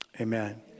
Amen